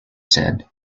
said